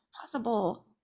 possible